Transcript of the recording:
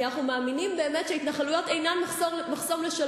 כי אנחנו מאמינים שהתנחלויות אינן באמת מחסום לשלום.